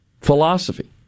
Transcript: philosophy